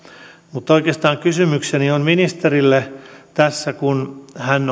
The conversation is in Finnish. mutta oikeastaan kysymykseni on ministerille kun